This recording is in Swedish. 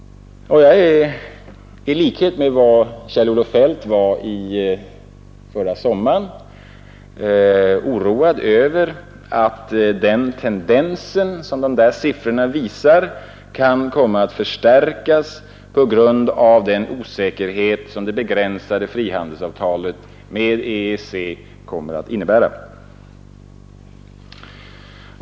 I likhet med Kjell-Olof Feldt förra sommaren är jag oroad över att den tendens som dessa siffror visar kan komma att förstärkas på grund av den osäkerhet som det begränsade frihandelsavtalet med EEC kommer att innebära.